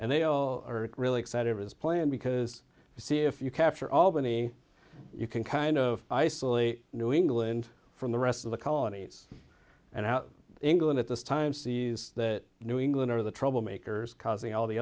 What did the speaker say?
and they all really excited his plan because you see if you capture albany you can kind of isolate new england from the rest of the colonies and how england at this time sees that new england are the troublemakers causing all the